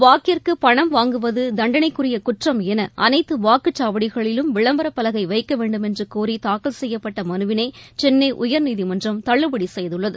வாக்கிற்குபணம் வாங்குவதுதண்டனைக்குரியகுற்றம் எனஅனைத்துவாக்குச்சாவடிகளிலும் விளம்பரப் பலகைவைக்கவேண்மென்றுகோரிதாக்கல் செய்யப்பட்டமனுவினைசென்னைஉயர்நீதிமன்றம் தள்ளுபடிசெய்துள்ளது